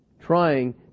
trying